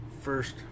first